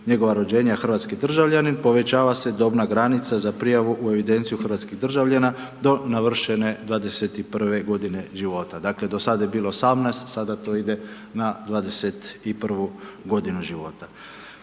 njegovog rođenja hrvatski državljanin, povećava se dobna granica za prijavu u evidenciju hrvatskih državljana do navršene 21 g. života, dakle, do sada je bilo 18, sada to ide na 21 g. života.